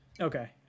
Okay